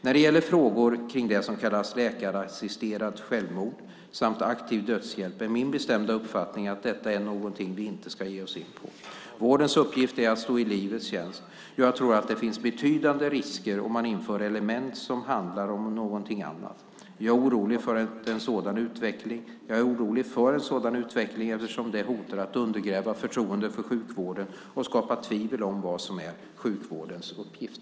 När det gäller frågor kring det som kallas läkarassisterat självmord samt aktiv dödshjälp är min bestämda uppfattning att detta är någonting vi inte ska ge oss in på. Vårdens uppgift är att stå i livets tjänst. Jag tror att det finns betydande risker om man inför element som handlar om någonting annat. Jag är orolig för en sådan utveckling, eftersom det hotar att undergräva förtroendet för sjukvården och skapa tvivel om vad som är sjukvårdens uppgift.